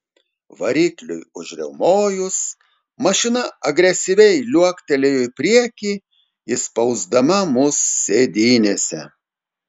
varikliui užriaumojus mašina agresyviai liuoktelėjo į priekį įspausdama mus sėdynėse